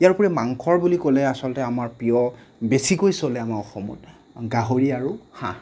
ইয়াৰ উপৰি মাংসৰ বুলি ক'লে আচলতে আমাৰ প্ৰিয় বেছিকৈ চলে আমাৰ অসমত গাহৰি আৰু হাঁহ